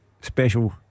special